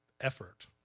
effort